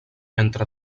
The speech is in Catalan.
entre